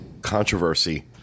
controversy